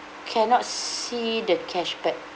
cannot see the cashback